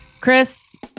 Chris